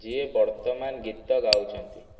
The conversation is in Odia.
ଯିଏ ବର୍ତ୍ତମାନ ଗୀତ ଗାଉଛନ୍ତି